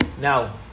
Now